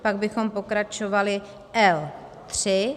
Pak bychom pokračovali L3.